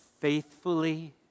faithfully